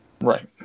Right